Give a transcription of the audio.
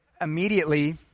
immediately